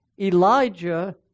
Elijah